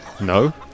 No